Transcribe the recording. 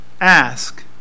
Ask